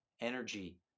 energy